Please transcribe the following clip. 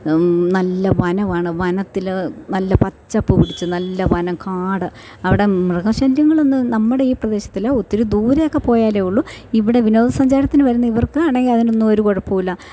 നല്ല വനമാണ് വനത്തിൽ നല്ല പച്ചപ്പ് പിടിച്ച നല്ല വനം കാട് അവിടെ മൃഗശല്യങ്ങളൊന്നും നമ്മുടെ ഈ പ്രദേശത്തിൽ ഒത്തിരി ദൂരേയൊക്കെ പോയാലേ ഉള്ളൂ ഇവിടെ വിനോദസഞ്ചാരത്തിന് വരുന്ന ഇവർക്ക് ആണെങ്കിൽ അതിനൊന്നും ഒരു കുഴപ്പവും ഇല്ല